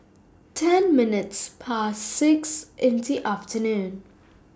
ten minutes Past six in The afternoon